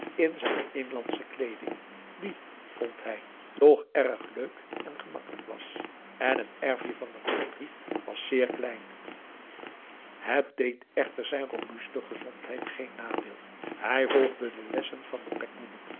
in zijn inlandsche kleeding die vond hij toch erg leuk en gemakkelijk was en het erfje aum van den mantri was zeer klein het deed echter zijn robuste gezondheid geen nadeel hij volgde de lessen van den